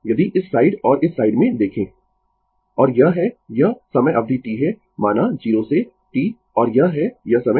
यदि इस साइड और इस साइड में देखें Refer Slide Time 2308 और यह है यह समय अवधि T है माना 0 से T और यह है यह समय T 2 है ठीक है